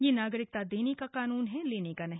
यह नागरिकता देने का कानून है लेने का नहीं